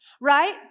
right